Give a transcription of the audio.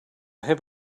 have